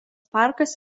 parkas